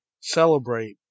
celebrate